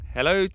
Hello